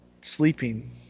sleeping